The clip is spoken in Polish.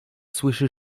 słyszy